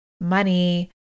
money